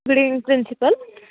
good evening principal